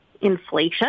Inflation